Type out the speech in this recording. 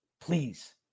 Please